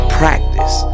practice